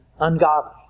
ungodly